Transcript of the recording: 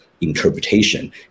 interpretation